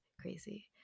crazy